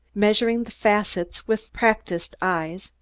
measuring the facets with practised eyes,